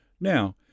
Now